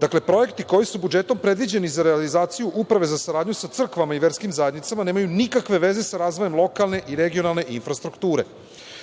Dakle, projekti koji su budžetom predviđeni za realizaciju Uprave za saradnju sa crkvama i verskim zajednicama nemaju nikakve veze sa razvojem lokalne i regionalne infrastrukture.